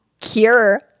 cure